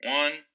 one